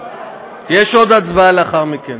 יש עוד הצבעה לאחר מכן.